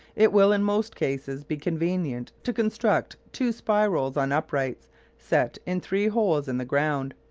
it will, in most cases, be convenient to construct two spirals on uprights set in three holes in the ground,